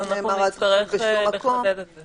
אז נצטרך לחדד את זה.